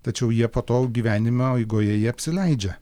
tačiau jie po to gyvenimo eigoje jie apsileidžia